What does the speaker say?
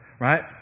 right